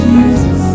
Jesus